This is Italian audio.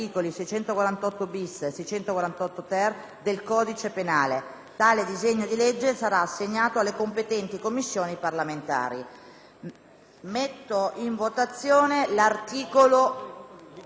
Tale disegno di legge sarà assegnato alle competenti Commissioni parlamentari.